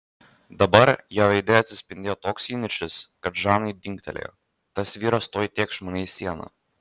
dabar jo veide atsispindėjo toks įniršis kad žanui dingtelėjo tas vyras tuoj tėkš mane į sieną